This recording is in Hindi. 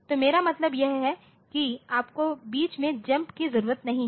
तो मेरा मतलब यह है कि आपको बीच में जम्प की जरूरत नहीं है